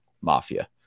Mafia